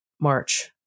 march